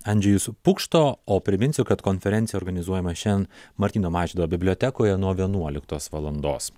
andžejus pukšto o priminsiu kad konferencija organizuojama šian martyno mažvydo bibliotekoje nuo vienuoliktos valandos